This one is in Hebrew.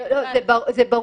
זה לא יופיע בחוק למניעת העסקה.